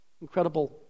incredible